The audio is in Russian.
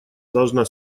должна